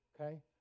okay